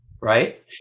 right